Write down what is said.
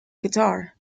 guitar